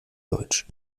deutsch